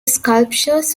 sculptures